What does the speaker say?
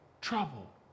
trouble